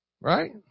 Right